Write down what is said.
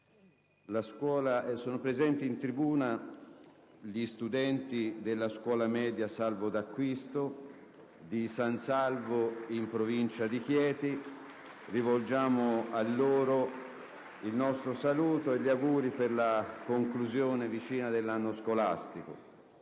sono presenti in tribuna gli studenti della Scuola media «Salvo D'Acquisto» di San Salvo, in provincia di Chieti. A loro rivolgiamo il nostro saluto e gli auguri per la vicina conclusione dell'anno scolastico.